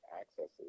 accesses